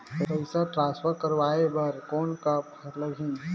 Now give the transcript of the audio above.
पइसा ट्रांसफर करवाय बर कौन का लगही?